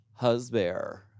Husbear